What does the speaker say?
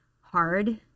hard